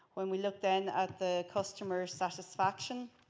when we look then at the customer satisfaction,